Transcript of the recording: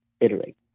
iterate